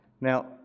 Now